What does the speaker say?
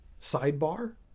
sidebar